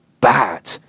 bad